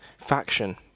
faction